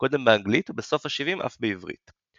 קודם באנגלית ובסוף השבעים אף בעברית.